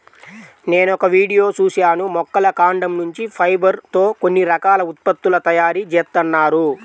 నేనొక వీడియో చూశాను మొక్కల కాండం నుంచి ఫైబర్ తో కొన్ని రకాల ఉత్పత్తుల తయారీ జేత్తన్నారు